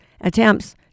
attempts